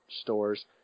stores